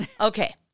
Okay